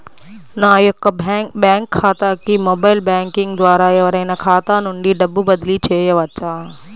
నా యొక్క బ్యాంక్ ఖాతాకి మొబైల్ బ్యాంకింగ్ ద్వారా ఎవరైనా ఖాతా నుండి డబ్బు బదిలీ చేయవచ్చా?